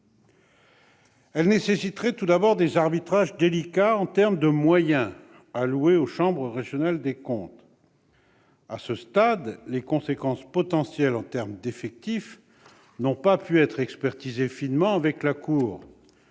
Elle nécessiterait tout d'abord des arbitrages délicats en termes de moyens alloués aux chambres régionales des comptes, les CRC. À ce stade, les conséquences potentielles en termes d'effectifs n'ont pas pu être expertisées finement avec la Cour